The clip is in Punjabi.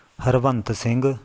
ਹਰਵੰਤ ਸਿੰਘ